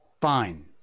Fine